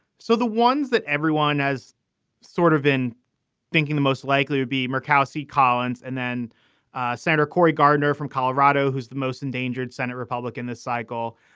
so the ones that everyone has sort of been thinking the most likely to be murkowski, collins, and then senator cory gardner from colorado, who's the most endangered senate republican this cycle.